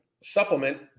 supplement